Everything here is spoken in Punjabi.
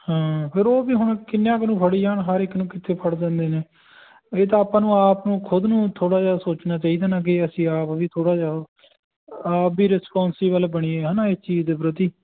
ਹਾਂ ਫਿਰ ਉਹ ਵੀ ਹੁਣ ਕਿੰਨਿਆਂ ਕੁ ਨੂੰ ਫੜੀ ਜਾਣ ਹਰ ਇੱਕ ਨੂੰ ਕਿੱਥੇ ਫੜਦੇ ਹੁੰਦੇ ਨੇ ਇਹ ਤਾਂ ਆਪਾਂ ਨੂੰ ਆਪ ਨੂੰ ਖੁਦ ਨੂੰ ਥੋੜ੍ਹਾ ਜਿਹਾ ਸੋਚਣਾ ਚਾਹੀਦਾ ਨਾ ਕੇ ਅਸੀਂ ਆਪ ਵੀ ਥੋੜ੍ਹਾ ਜਿਹਾ ਆਪ ਵੀ ਰਿਸਪੋਂਸੀਬਲ ਬਣੀਏ ਹੈ ਨਾ ਇਸ ਚੀਜ਼ ਦੇ ਪ੍ਰਤੀ